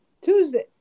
Tuesday